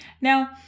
Now